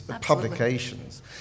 publications